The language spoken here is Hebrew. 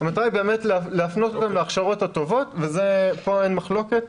המטרה היא באמת להפנות אותם להכשרות הטובות ופה אין מחלוקת,